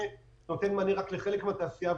זה נותן מענה רק לחלק מהתעשייה,